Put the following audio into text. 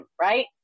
right